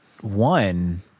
one